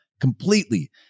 completely